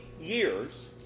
years